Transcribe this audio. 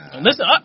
Listen